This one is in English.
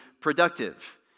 productive